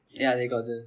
ya they got the